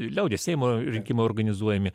liaudies seimo rinkimai organizuojami